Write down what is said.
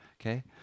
Okay